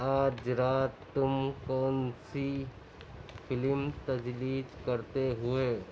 آج رات تم کونسی فلم تجویز کرتے ہوئے